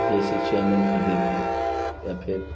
जैसे चैनल पर देखो या फिर